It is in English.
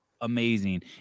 amazing